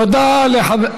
תודה רבה.